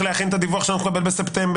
להכין את הדיווח שאנחנו נקבל בספטמבר,